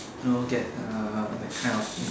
know get uh the kind of in